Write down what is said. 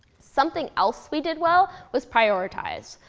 something else we did well was prioritize.